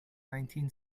nineteen